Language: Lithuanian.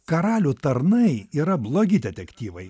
karalių tarnai yra blogi detektyvai